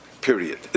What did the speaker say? Period